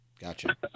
Gotcha